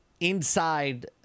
inside